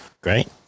Great